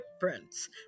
difference